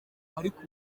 ariko